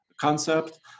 concept